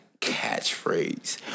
Catchphrase